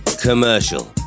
commercial